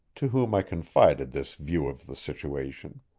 to whom i confided this view of the situation.